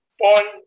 Point